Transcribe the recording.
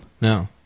No